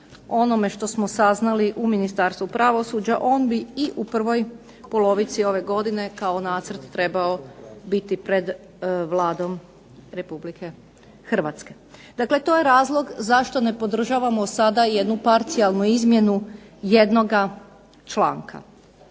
onome što smo saznali u Ministarstvu pravosuđa on bi u prvoj polovici ove godine kao nacrt trebao biti pred Vladom Republike Hrvatske. Dakle, to je razlog zašto ne podržavamo sada jednu parcijalnu jednoga članka.